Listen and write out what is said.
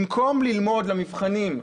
במקום ללמוד למבחנים,